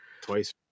twice